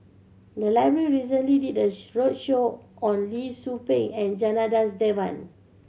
the library recently did a roadshow on Lee Tzu Pheng and Janadas Devan